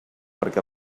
perquè